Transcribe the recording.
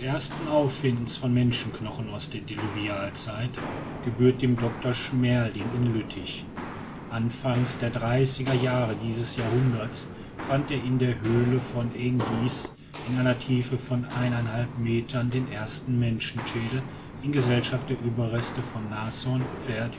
auffindens von menschenknochen aus der diluvialzeit gebührt dem dr schmerling in lüttich anfangs der dreißiger jahre dieses jahrhunderts fand er in der höhle von engis in einer tiefe von eineinhalb meter den ersten menschenschädel in gesellschaft der überreste von nashorn